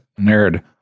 nerd